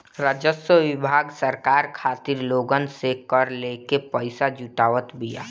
राजस्व विभाग सरकार खातिर लोगन से कर लेके पईसा जुटावत बिया